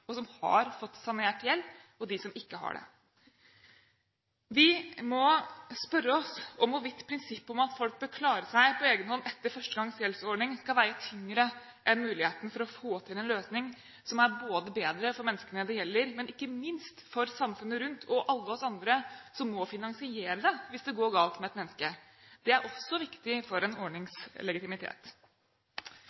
og som har fått sanert gjeld, og dem som ikke har det. Vi må spørre oss om hvorvidt prinsippet om at folk bør klare seg på egen hånd etter første gangs gjeldsordning skal veie tyngre enn muligheten for å få til en løsning som både er bedre for menneskene det gjelder, og ikke minst for samfunnet rundt og alle oss andre som må finansiere det hvis det går galt med et menneske. Det er også viktig for en